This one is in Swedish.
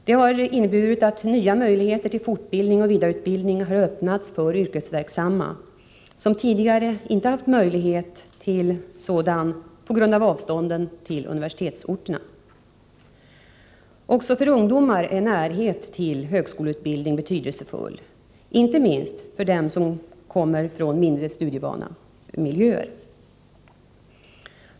De har inneburit att nya möjligheter till fortbildning och vidareutbildning har öppnats för yrkesverksamma, som tidigare inte haft möjlighet till sådan på grund av avstånden till universitetsorterna. Också för ungdomar är närhet till högskoleutbildning betydelsefull, inte minst för dem som kommer från mindre studievana miljöer.